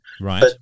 Right